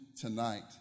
tonight